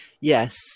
yes